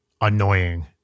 annoying